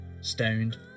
stoned